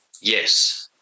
Yes